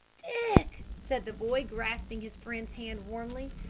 dick, said the boy, grasping his friend's hand warmly,